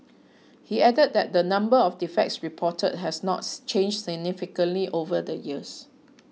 he added that the number of defects reported has not changed significantly over the years